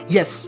Yes